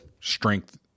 strength